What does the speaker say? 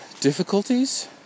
Difficulties